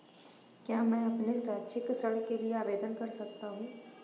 क्या मैं अपने शैक्षिक ऋण के लिए आवेदन कर सकता हूँ?